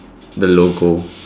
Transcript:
the logo